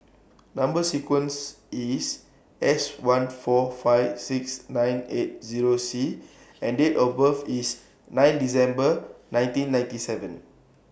Number sequence IS S one four five six nine eight Zero C and Date of birth IS nine December nineteen ninety seven